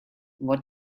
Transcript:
what